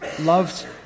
loved